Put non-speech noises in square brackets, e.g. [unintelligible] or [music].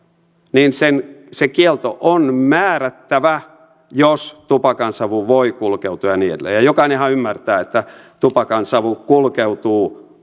niin se kielto on määrättävä jos tupakansavu voi kulkeutua ja niin edelleen jokainenhan ymmärtää että tupakansavu kulkeutuu [unintelligible]